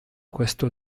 questo